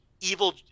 Evil